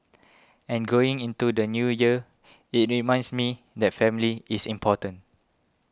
and going into the New Year it reminds me that family is important